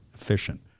efficient